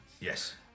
Yes